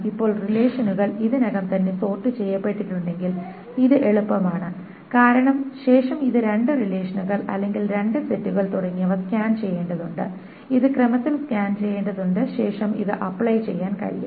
ഇപ്പോൾ റിലേഷനുകൾ ഇതിനകം തന്നെ സോർട് ചെയ്യപ്പെട്ടിട്ടുണ്ടെങ്കിൽ ഇത് എളുപ്പമാണ് കാരണം ശേഷം ഇത് രണ്ട് റിലേഷനുകൾ അല്ലെങ്കിൽ രണ്ട് സെറ്റുകൾ തുടങ്ങിയവ സ്കാൻ ചെയ്യേണ്ടതുണ്ട് ഇത് ക്രമത്തിൽ സ്കാൻ ചെയ്യേണ്ടതുണ്ട് ശേഷം ഇത് അപ്ലൈ ചെയ്യാൻ കഴിയും